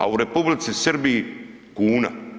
A u Republici Srbiji kuna.